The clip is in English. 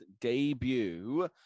debut